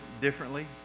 differently